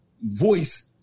voice